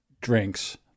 drinks